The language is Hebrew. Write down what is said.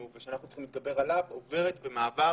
ושאנחנו צריכים להתגבר עליו עוברת במעבר